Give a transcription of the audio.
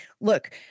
look